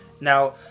Now